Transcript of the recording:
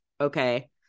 okay